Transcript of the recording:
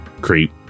Creep